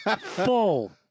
full